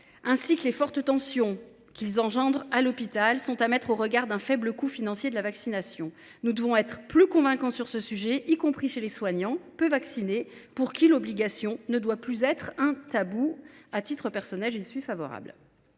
ainsi que les fortes tensions qu’il engendre à l’hôpital sont à mettre en regard du faible coût financier de la vaccination. Nous devons être plus convaincants sur ce dernier sujet, y compris chez les soignants, qui se protègent peu. L’obligation ne doit pas être un tabou ; à titre personnel, j’y suis favorable.